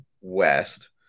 West